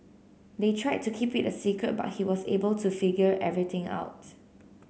they tried to keep it a secret but he was able to figure everything out